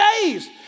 days